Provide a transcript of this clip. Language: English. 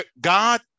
God